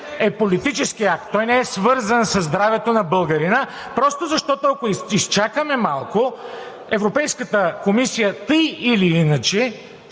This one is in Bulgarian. е политически акт, той не е свързан със здравето на българина, просто защото, ако изчакаме малко, Европейската комисия така или иначе